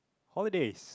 holidays